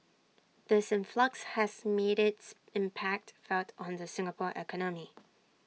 this influx has made its impact felt on the Singapore economy